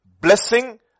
blessing